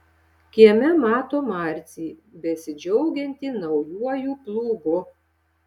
kieme mato marcį besidžiaugiantį naujuoju plūgu